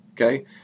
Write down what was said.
okay